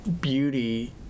beauty